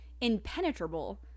impenetrable